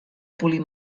polir